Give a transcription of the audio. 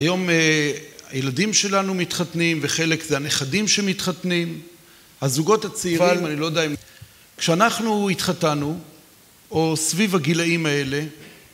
היום הילדים שלנו מתחתנים, וחלק זה הנכדים שמתחתנים, הזוגות הצעירים, אני לא יודע אם... כשאנחנו התחתנו, או סביב הגילאים האלה...